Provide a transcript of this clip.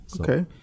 okay